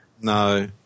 No